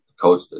Coach